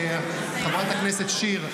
חברת הכנסת שיר,